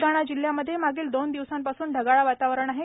बुलढाणा जिल्ह्यामध्ये मागील दोन दिवसांपासून ढगाळ वातावरण आहे